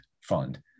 fund